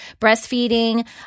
breastfeeding